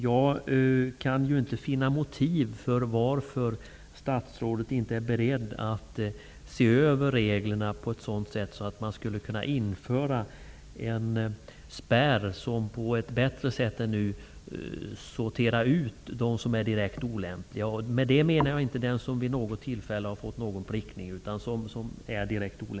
Jag kan inte finna motiv för att statsrådet inte är beredd att se över reglerna så att man skulle kunna införa en spärr som på ett bättre sätt än nu sorterar ut dem som är direkt olämpliga. Med det menar jag inte den som vid något tillfälle har fått en prickning, utan den som är direkt olämplig.